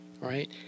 Right